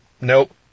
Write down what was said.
Nope